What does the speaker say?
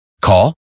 Call